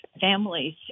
families